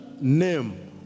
name